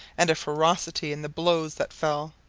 and a ferocity in the blows that fell.